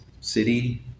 city